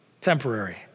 temporary